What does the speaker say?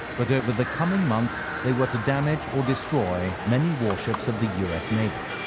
but over the coming months, they were to damage or destroy many warships of the u s. navy.